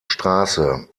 straße